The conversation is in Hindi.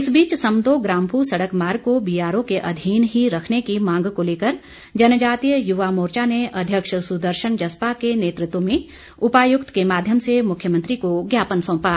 इस बीच समदो ग्राम्फू सड़क मार्ग को बीआरओ के अधीन ही रखने की मांग को लेकर जनजातीय युवा मोर्चा ने अध्यक्ष सुदर्शन जसपा के नेतृत्व में उपायुक्त के माध्यम से मुख्यमंत्री को ज्ञापन सौंपा